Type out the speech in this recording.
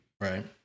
Right